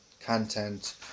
content